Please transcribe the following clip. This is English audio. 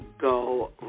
go